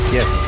Yes